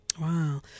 Wow